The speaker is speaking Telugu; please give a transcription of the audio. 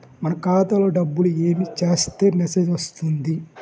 మన ఖాతాలో డబ్బులు ఏమి చేస్తే మెసేజ్ వస్తుంది?